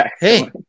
hey